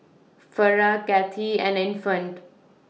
Farrah Cathie and Infant